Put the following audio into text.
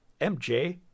MJ